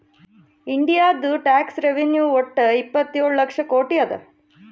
ಇಂಡಿಯಾದು tax revenue ವಟ್ಟ ಇಪ್ಪತ್ತೇಳು ಲಕ್ಷ ಕೋಟಿ ಅದಾ